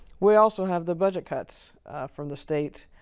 we also have the budget cuts from the state.